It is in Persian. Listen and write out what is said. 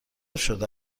شده